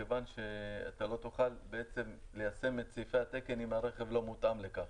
מכיוון שלא תוכל ליישם את סעיפי התקן אם הרכב לא מותאם לכך,